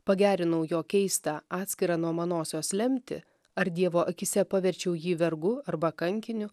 pagerinau jo keistą atskirą nuo manosios lemtį ar dievo akyse paverčiau jį vergu arba kankiniu